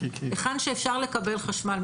היכן שאפשר לקבל חשמל,